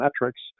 metrics